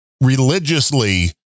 religiously